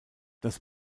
das